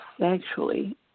sexually